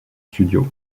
studio